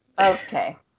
Okay